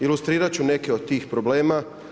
Ilustrirati ću neke od tih problema.